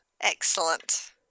excellent